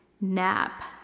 nap